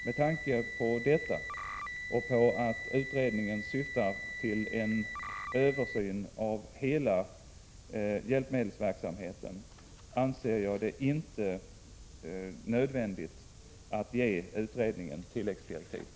Med tanke på detta och på att utredningen syftar till en översyn av hela hjälpmedelsverksamheten anser jag det inte nödvändigt att ge utredningen tilläggsdirektiv.